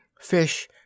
Fish